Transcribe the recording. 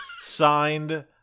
Signed